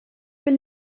bin